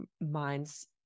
minds